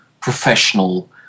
professional